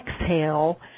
exhale